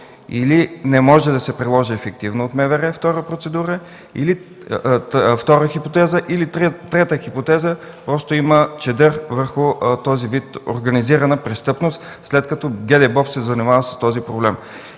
или не може да се приложи ефективно от МВР – втора хипотеза. Третата хипотеза – просто има чадър към този вид организирана престъпност, след като ГДБОП се занимава с този проблем.